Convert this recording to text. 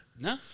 No